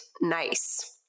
nice